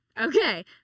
Okay